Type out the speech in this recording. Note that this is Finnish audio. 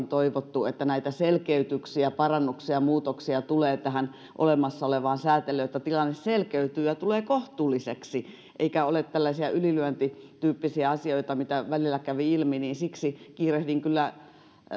toivottu että näitä selkeytyksiä parannuksia muutoksia tulee tähän olemassa olevaan säätelyyn jotta tilanne selkeytyy ja tulee kohtuulliseksi eikä ole tällaisia ylilyöntityyppisiä asioita mitä välillä kävi ilmi siksi